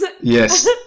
Yes